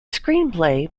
screenplay